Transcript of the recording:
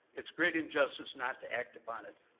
it's great injustice not to act upon it.